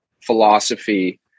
philosophy